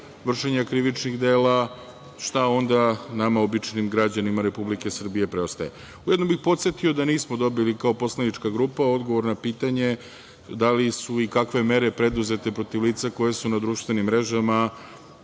vršenja krivičnih dela, šta onda nama običnim građanima Republike Srbije preostaje. Ujedno bih podsetio da nismo dobili kao poslanička grupa odgovor na pitanje da li su i kakve mere preduzete protiv lica koja su na društvenim mrežama